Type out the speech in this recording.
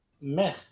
meh